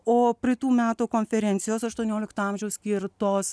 o praeitų metų konferencijos aštuoniolikto amžiaus skirtos